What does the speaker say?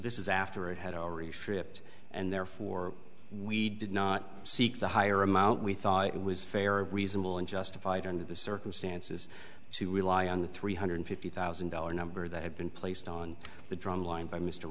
this is after it had already shipped and therefore we did not seek the higher amount we thought it was fair or reasonable and justified under the circumstances to rely on the three hundred fifty thousand dollar number that had been placed on the drumline by mr